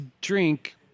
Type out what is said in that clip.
drink